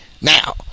now